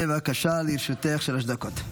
בבקשה, לרשותך שלוש דקות.